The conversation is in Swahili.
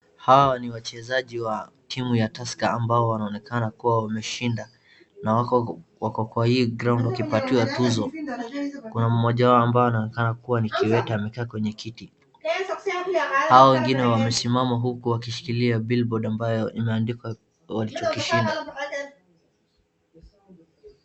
Hawa ni wachezaji wa timu ya Tusker ambao wanaonekana kuwa wameshinda na wako Kwa hii (cs)ground(cs) wakipatiwa tuzo. Kuna mmoja wao ambao anaonekana kuwa ni kiwete amekaa kwenye kitu. Hao wengine wamesimama huku wakishikilia (cs) billboard(cs) ambayo imeandikwa walichokishinda.